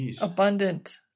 abundant